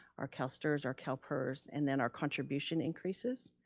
our calstrs, our calpers and then our contribution increases.